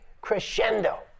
crescendo